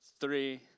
three